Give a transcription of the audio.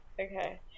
Okay